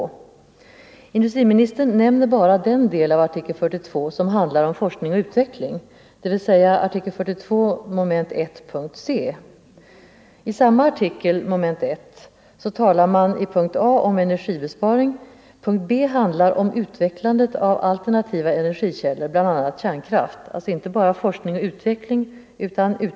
Industriministern nämner bara den del av artikel 42 som handlar om forskning och utveckling, dvs. artikel 42 mom. 1, punkt c. I samma artikel mom. I talar man i punkt a om energibesparing. Punkt b handlar om utvecklandet av alternativa energikällor, bl.a. kärnkraft, alltså inte bara forskning och utveckling.